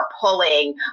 pulling